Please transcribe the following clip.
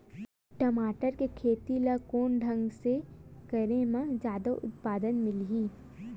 टमाटर के खेती ला कोन ढंग से करे म जादा उत्पादन मिलही?